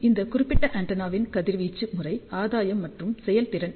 இந்த குறிப்பிட்ட ஆண்டெனாவின் கதிர்வீச்சு முறை ஆதாயம் மற்றும் செயல்திறன் இவை